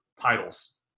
titles